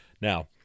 Now